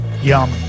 yum